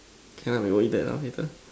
can lah we go eat that lah later